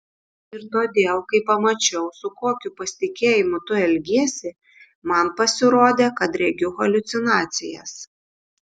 ir todėl kai pamačiau su kokiu pasitikėjimu tu elgiesi man pasirodė kad regiu haliucinacijas